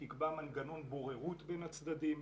שתקבע מנגנון בוררות בין הצדדים.